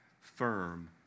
firm